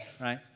right